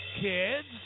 Kids